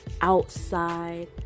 outside